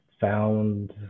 found